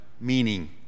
meaning